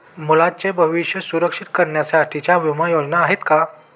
मुलांचे भविष्य सुरक्षित करण्यासाठीच्या विमा योजना आहेत का?